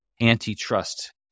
antitrust